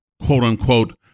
quote-unquote